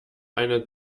eine